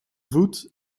voet